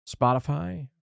Spotify